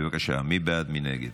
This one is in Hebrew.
בבקשה, מי בעד מי נגד?